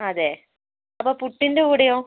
അതെ അപ്പോൾ പുട്ടിൻ്റെ കൂടെയോ